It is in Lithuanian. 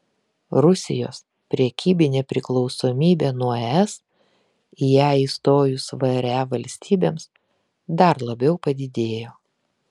rusijos prekybinė priklausomybė nuo es į ją įstojus vre valstybėms dar labiau padidėjo